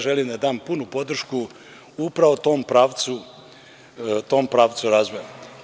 Želim da dam punu podršku upravo tom pravcu razvoja.